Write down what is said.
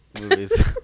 movies